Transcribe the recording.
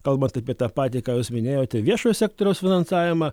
kalbant apie tą patį ką jūs minėjote viešojo sektoriaus finansavimą